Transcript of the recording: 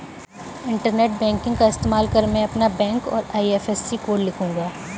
internet banking का इस्तेमाल कर मैं अपना बैंक और आई.एफ.एस.सी कोड लिखूंगा